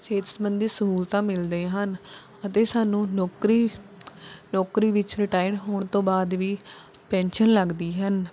ਸਿਹਤ ਸਬੰਧੀ ਸਹੂਲਤਾਂ ਮਿਲਦੀਆਂ ਹਨ ਅਤੇ ਸਾਨੂੰ ਨੌਕਰੀ ਨੌਕਰੀ ਵਿੱਚ ਰਿਟਾਇਰ ਹੋਣ ਤੋਂ ਬਾਅਦ ਵੀ ਪੈਨਸ਼ਨ ਲੱਗਦੀ ਹਨ